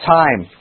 time